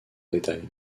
détail